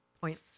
point